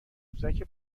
قوزک